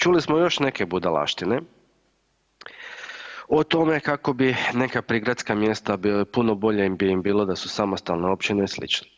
Čuli smo još neke budalaštine, o tome kako bi neka prigradska mjesta puno bolje bi im bilo da su samostalne općine i sl.